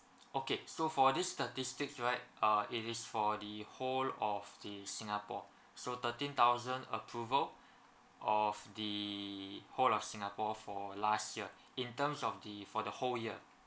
okay so for these statistics right uh it is for the whole of the singapore so thirteen thousand approval of the whole of singapore for last year in terms of the for the whole year